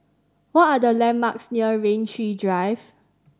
what are the landmarks near Rain Tree Drive